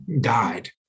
died